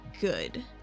good